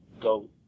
go